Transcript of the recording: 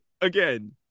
again